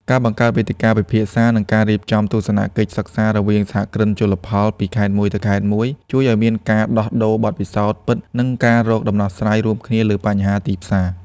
ការបង្កើតវេទិកាពិភាក្សា និងការរៀបចំទស្សនកិច្ចសិក្សារវាងសហគ្រិនជលផលពីខេត្តមួយទៅខេត្តមួយ ជួយឱ្យមានការដោះដូរបទពិសោធន៍ពិត និងការរកដំណោះស្រាយរួមគ្នាលើបញ្ហាទីផ្សារ។